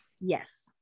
yes